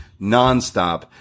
nonstop